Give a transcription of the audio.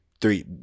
three